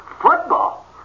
Football